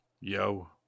Yo